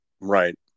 Right